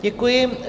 Děkuji.